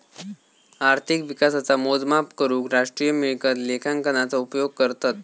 अर्थिक विकासाचा मोजमाप करूक राष्ट्रीय मिळकत लेखांकनाचा उपयोग करतत